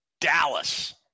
Dallas